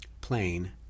plane